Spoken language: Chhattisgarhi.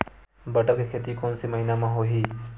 बटर के खेती कोन से महिना म होही?